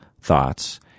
thoughts